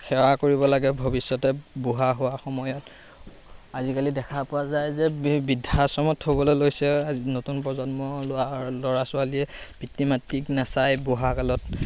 সেৱা কৰিব লাগে ভৱিষ্যতে বুঢ়া হোৱা সময়ত আজিকালি দেখা পোৱা যায় যে বি বৃদ্ধাশ্ৰমত থ'বলৈ লৈছে নতুন প্ৰজন্ম ল'আ ল'ৰা ছোৱালীয়ে পিতৃ মাতৃক নাচাই বুঢ়া কালত